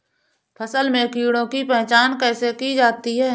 फसल में कीड़ों की पहचान कैसे की जाती है?